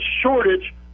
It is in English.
shortage